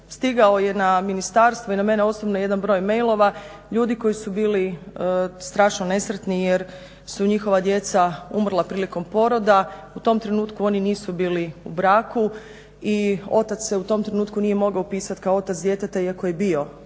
stigao je na Ministarstvo i na mene osobno jedan broj mail-ova, ljudi koji su bili strašno nesretni jer su njihova djeca umrla prilikom poroda, u tom trenutku oni nisu bili u braku i otac se u tom trenutku nije mogao upisati kao otac djeteta iako je bio